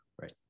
right